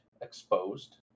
exposed